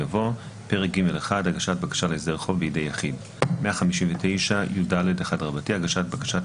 יבוא: "פרק ג'1: הגשת בקשה להסדר חוב בידי יחיד 159יד1הגשת בקשת